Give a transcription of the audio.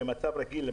מצב רגיל,